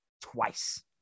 twice